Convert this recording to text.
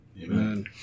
Amen